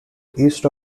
east